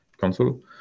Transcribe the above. console